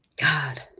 God